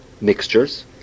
mixtures